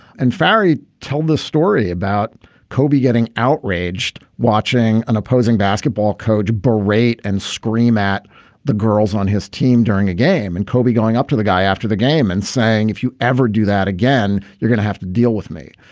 and farrey told the story about kobe getting outraged, watching an opposing basketball coach berate and scream at the girls on his team during a game. and kobe going up to the guy after the game and saying, if you ever do that again, you're going to have to deal with me.